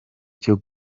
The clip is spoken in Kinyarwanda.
cyo